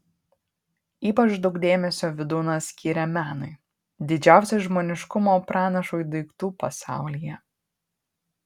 ypač daug dėmesio vydūnas skiria menui didžiausiam žmoniškumo pranašui daiktų pasaulyje